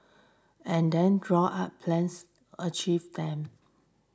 and then draw up plans achieve them